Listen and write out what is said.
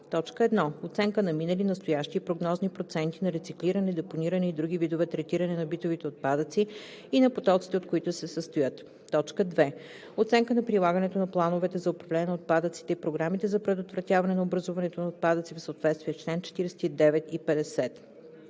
1. оценка на минали, настоящи и прогнозни проценти на рециклиране, депониране и други видове третиране на битовите отпадъци и на потоците, от които се състоят; 2. оценка на прилагането на плановете за управление на отпадъците и програмите за предотвратяване на образуването на отпадъци в съответствие с чл. 49 и 50;